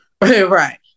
Right